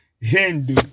hindu